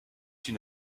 une